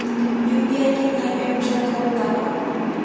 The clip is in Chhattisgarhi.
यू.पी.आई के नियम एवं शर्त ला बतावव